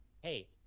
hey